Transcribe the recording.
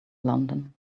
london